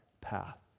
path